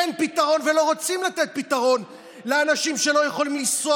אין פתרון ולא רוצים לתת פתרון לאנשים שלא יכולים לנסוע